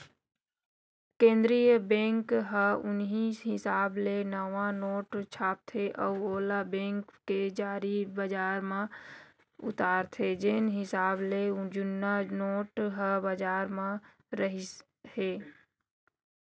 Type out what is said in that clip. केंद्रीय बेंक ह उहीं हिसाब ले नवा नोट छापथे अउ ओला बेंक के जरिए बजार म उतारथे जेन हिसाब ले जुन्ना नोट ह बजार म रिहिस हे